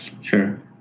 Sure